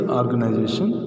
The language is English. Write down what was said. organization